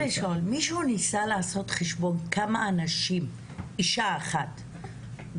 מישהו ניסה לעשות חשבון כמה אישה מפסידה